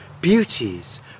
beauties